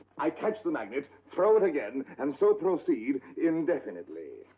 i catch the magnet, throw it again, and so proceed indefinitely.